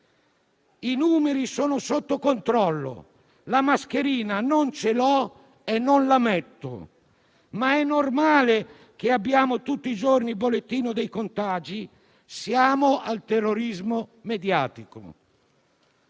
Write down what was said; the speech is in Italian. I numeri sono sotto controllo. La mascherina non ce l'ho e non la metto. Ma è normale che abbiamo tutti i giorni il bollettino dei contagi? Siamo al terrorismo mediatico».